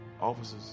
Officers